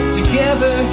together